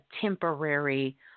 temporary